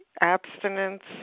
abstinence